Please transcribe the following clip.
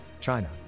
China